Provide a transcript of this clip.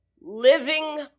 living